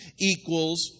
equals